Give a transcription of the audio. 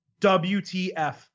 WTF